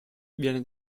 viene